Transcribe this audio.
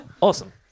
awesome